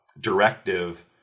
directive